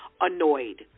annoyed